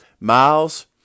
Miles